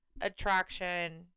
attraction